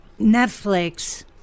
Netflix